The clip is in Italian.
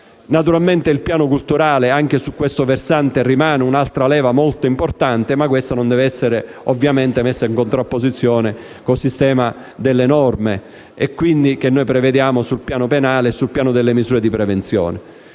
Naturalmente, il piano culturale, anche su questo versante, rimane un'altra leva molto importante, che, ovviamente, non deve essere messo in contrapposizione con il sistema delle norme che prevediamo sul piano penale e delle misure di prevenzione.